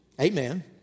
amen